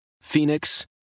Phoenix